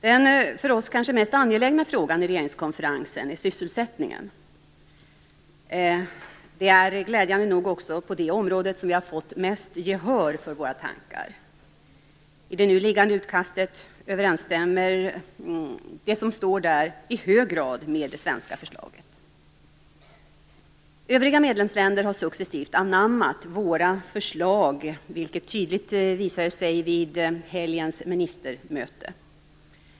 Den för oss kanske mest angelägna frågan i regeringskonferensen är sysselsättningen. Det är glädjande nog också på detta område som vi har fått mest gehör för våra tankar. Det nu liggande utkastet överensstämmer i hög grad med det svenska förslaget. Övriga medlemsländer har successivt anammat våra förslag, vilket tydligt visade sig vid helgens ministermöte.